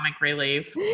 relief